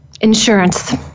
insurance